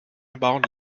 about